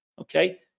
Okay